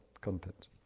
content